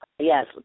Yes